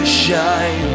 shine